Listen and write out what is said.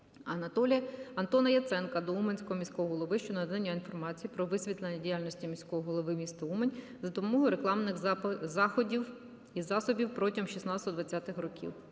області. Антона Яценка до Уманської міської ради щодо надання інформації про висвітлення діяльності міського голови міста Умань за допомогою рекламних заходів і засобів протягом 2016-2020 років.